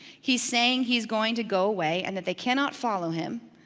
he's saying he's going to go away and that they cannot follow him.